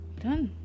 done